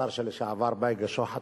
השר לשעבר בייגה שוחט,